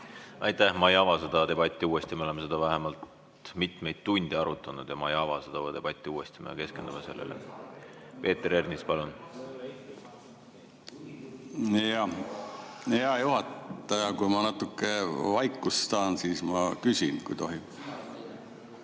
Aitäh! Ma ei ava seda debatti uuesti. Me oleme seda vähemalt mitmeid tunde arutanud ja ma ei ava seda debatti uuesti, me keskendume sellele eelnõule. Peeter Ernits, palun! (Sumin saalis.) Hea juhataja, kui ma natuke vaikust saan, siis ma küsin, kui tohib.